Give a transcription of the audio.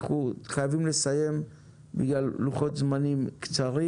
אנחנו חייבים לסיים בגלל לוחות זמנים קצרים.